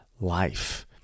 life